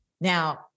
Now